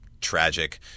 tragic